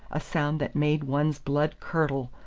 a sound that made one's blood curdle,